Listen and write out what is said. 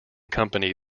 company